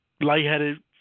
lightheaded